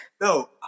No